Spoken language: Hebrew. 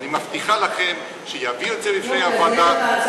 אני מבטיחה לכם שיביאו את זה לפני הוועדה.